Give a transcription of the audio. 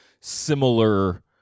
similar